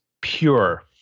pure